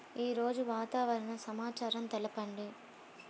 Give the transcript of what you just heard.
ఈరోజు వాతావరణ సమాచారం తెలుపండి